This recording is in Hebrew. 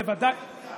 גם זה לא נכון.